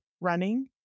running